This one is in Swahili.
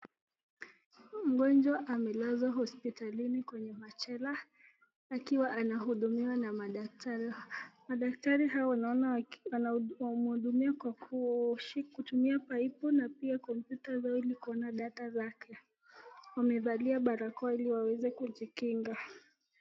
Mgonjwa amelazwa hospitalini kwenye machela akiwa anahudumiwa na madaktari. Madaktari hao wanaona wamhudumie kwa kutumia paipu na pia kompyuta zao ili kuona data zake. Wamevalia barakoa ili waweze kujikinga.